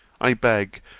i beg,